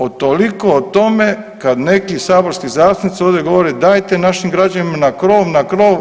Eto toliko o tome kad neki saborski zastupnici ovdje govore dajte našim građanima na krov, na krov.